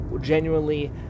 genuinely